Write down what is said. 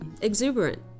exuberant